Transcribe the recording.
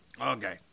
Okay